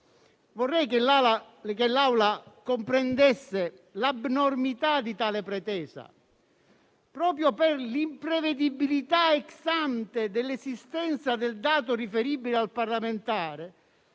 Vorrei che l'Aula comprendesse l'abnormità di tale pretesa. Proprio per l'imprevedibilità, *ex ante*, dell'esistenza del dato riferibile al parlamentare,